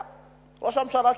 ראש הממשלה קיבל,